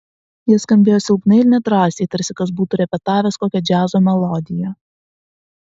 jie skambėjo silpnai ir nedrąsiai tarsi kas būtų repetavęs kokią džiazo melodiją